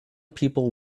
people